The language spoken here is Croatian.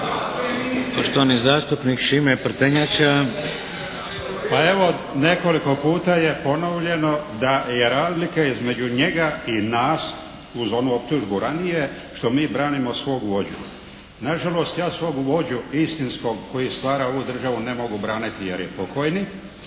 Pa evo, nekoliko puta je ponovljeno da je razlika između njega i nas uz onu optužbu ranije što mi branimo svog vođu. Nažalost ja svog vođu istinskog koji je stvarao ovu državu ne mogu braniti jer je pokojni,